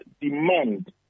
demand